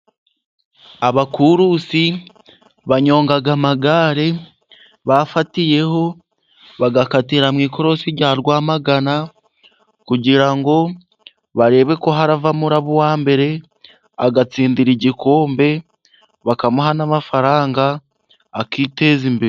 abakurusi banyonga amagare bafatiyeho, bagakatira mu ikorosi rya Rwamagana kugira ngo barebe ko haravamo uraba uwa mbere, agatsindira igikombe, bakamuha n'amafaranga akiteza imbere.